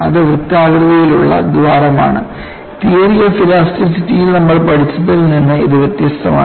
അത് വൃത്താകൃതിയിലുള്ള ദ്വാരമാണ് തിയറി ഓഫ് ഇലാസ്റ്റിസിറ്റിയിൽ നമ്മൾ പഠിച്ചതിൽ നിന്ന് ഇത് വ്യത്യസ്തമാണ്